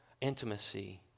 intimacy